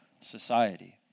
society